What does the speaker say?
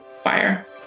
fire